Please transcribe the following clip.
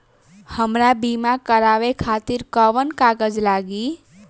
हमरा बीमा करावे खातिर कोवन कागज लागी?